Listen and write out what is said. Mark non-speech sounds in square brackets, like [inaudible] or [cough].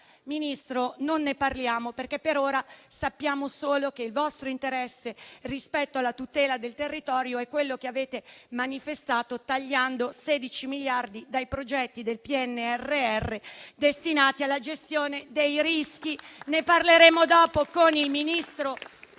Ministro, non ne parliamo, perché per ora sappiamo solo che il vostro interesse, rispetto alla tutela del territorio, è quello che avete manifestato tagliando 16 miliardi dai progetti del PNRR destinati alla gestione dei rischi. [applause] Ne parleremo dopo con il ministro